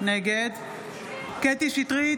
נגד קטי קטרין שטרית,